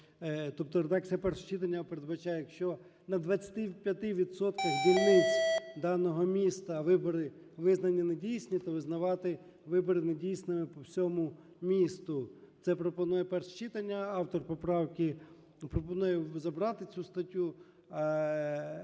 тобто редакція першого читання передбачає: якщо на 25 відсотках дільниць даного міста вибори визнані недійсними, то визнавати вибори недійсними по всьому місту. Це пропонує перше читання, автор поправки пропонує забрати цю статтю.